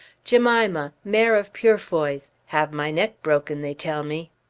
jemima mare of purefoy's have my neck broken, they tell me.